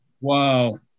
Wow